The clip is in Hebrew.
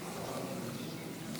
הרבה יותר סובלני מכם,